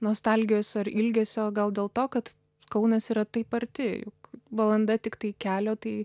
nostalgijos ar ilgesio gal dėl to kad kaunas yra taip arti juk valanda tiktai kelio tai